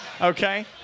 Okay